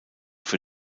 für